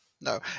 no